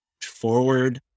forward